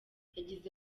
yagize